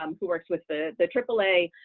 um who works with the the aaa,